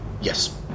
Yes